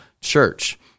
church